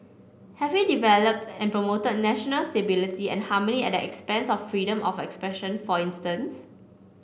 have we developed and promoted national stability and harmony at the expense of freedom of expression for instance